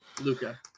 Luca